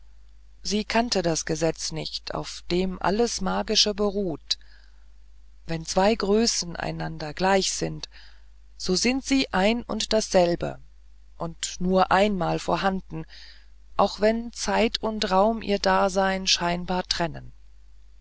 sie kannte das gesetz nicht auf dem alles magische beruht wenn zwei größen einander gleich sind so sind sie ein und dasselbe und nur einmal vorhanden auch wenn zeit und raum ihr dasein scheinbar trennen